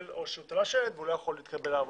או תלה שלט והוא לא יכול להתקבל לעבודה.